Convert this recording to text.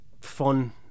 fun